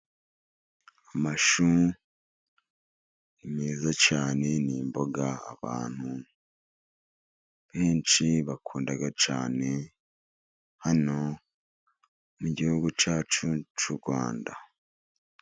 Amashu ni meza cyane. Ni imboga abantu benshi bakunda cyane hano mu gihugu cyacu cy'u Rwanda.